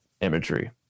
imagery